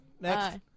Next